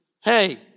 Hey